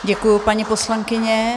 Děkuji, paní poslankyně.